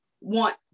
want